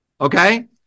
Okay